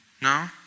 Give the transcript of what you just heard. No